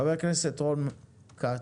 חבר הכנסת רון כץ.